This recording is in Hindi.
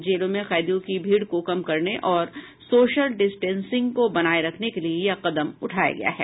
जेलों में कैदियों की भीड़ को कम करने और सोशल डिस्टेंसिंग को बनाये रखने के लिए यह कदम उठाया गया है